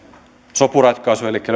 sopuratkaisun elikkä